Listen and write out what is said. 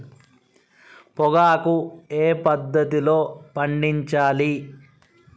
పొగాకు ఏ పద్ధతిలో పండించాలి?